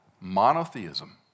monotheism